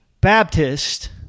Baptist